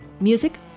Music